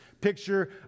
picture